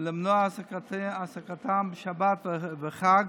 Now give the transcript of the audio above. ולמנוע את העסקתם בשבת וחג